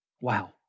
Wow